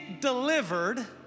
delivered